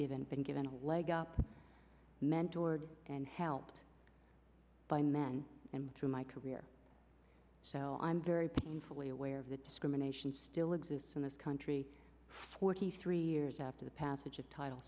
been given a leg up men toward and helped by men and to my career so i'm very painfully aware of the discrimination still exists in this country forty three years after the passage of title